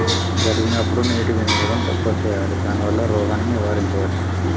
జరిగినప్పుడు నీటి వినియోగం తక్కువ చేయాలి దానివల్ల రోగాన్ని నివారించవచ్చా?